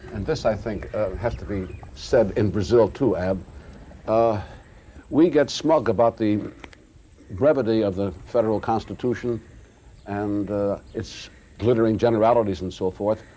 and this i think has to be said in brazil, too. um ah we get smug about the brevity of the federal constitution and its glittering generalities and so forth.